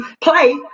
play